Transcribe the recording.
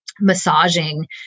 massaging